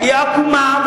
היא עקומה.